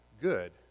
good